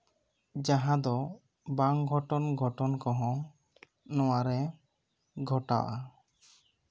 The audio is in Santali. ᱡᱟᱦᱟᱸ ᱫᱚ ᱵᱟᱝ ᱜᱷᱚᱴᱚᱱᱼᱜᱷᱚᱴᱚᱱ ᱠᱚᱦᱚᱸ ᱱᱚᱶᱟ ᱨᱮ ᱜᱷᱚᱴᱟᱣᱼᱟ